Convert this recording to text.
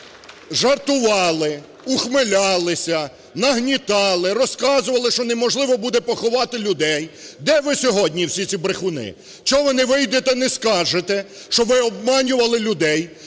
жартували, ухмилялися, нагнітали, розказували, що неможливо буде поховати людей. Де ви сьогодні, всі ці брехуни? Чого ви не вийдете, не скажете, що ви обманювали людей,